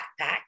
backpack